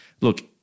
look